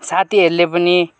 साथीहरूले पनि